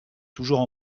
toujours